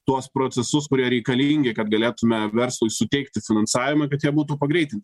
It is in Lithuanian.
tuos procesus kurie reikalingi kad galėtume verslui suteikti finansavimą kad jie būtų pagreitinti